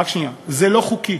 זה לא חוקי,